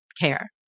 care